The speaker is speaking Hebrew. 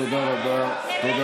תודה רבה.